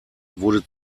wurde